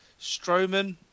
Strowman